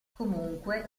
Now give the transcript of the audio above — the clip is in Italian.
comunque